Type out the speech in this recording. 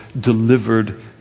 delivered